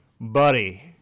buddy